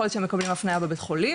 יכול להיות שהם מקבלים הפניה בבית חולים